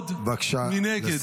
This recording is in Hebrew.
לעמוד מנגד.